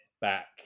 back